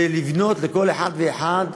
זה לבנות לכל אחד ואחד